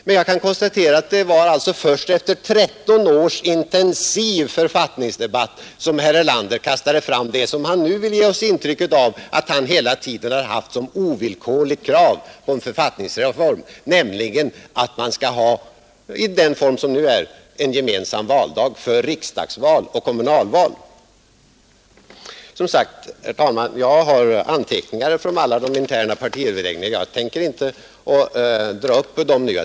Jag kan alltså konstatera att det var först efter tretton års intensiv författningsdebatt som herr Erlander kastade fram det som han nu vill ge oss intrycket av att han hela tiden haft som ovillkorligt krav på en författningsreform, nämligen att man skall ha ett kommunalt samband — och därmed i den form som det nu är — en gemensam valdag för riksdagsval och kommunalval. Jag har, herr talman, som sagt anteckningar från de interna partiöverläggningarna. Jag tänker inte dra upp dem nu.